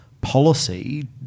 policy